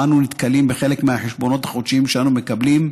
שאנו נתקלים בה בחלק מהחשבונות החודשיים שאנו מקבלים,